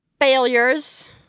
Failures